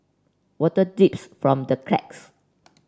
water dips from the cracks